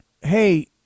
Hey